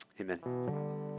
Amen